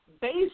based